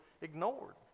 ignored